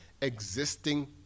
existing